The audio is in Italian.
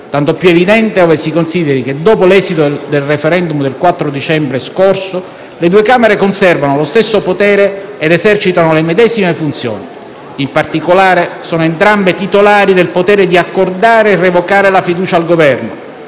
tanto più evidente ove si consideri che, dopo l'esito del *referendum* del 4 dicembre scorso, le due Camere conservano lo stesso potere ed esercitano le medesime funzioni. In particolare, sono entrambe titolari del potere di accordare e revocare la fiducia al Governo